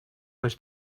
was